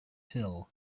hill